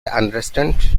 understand